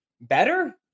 better